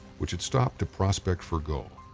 which had stopped to prospect for gold.